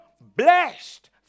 blessed